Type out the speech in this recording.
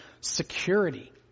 security